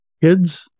kids